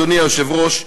אדוני היושב-ראש,